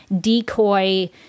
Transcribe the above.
decoy